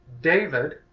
David